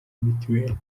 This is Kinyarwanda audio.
mitiweli